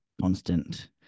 constant